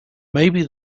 maybe